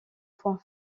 point